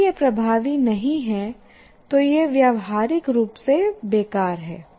यदि यह प्रभावी नहीं है तो यह व्यावहारिक रूप से बेकार है